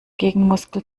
gegenmuskel